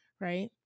right